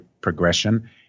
progression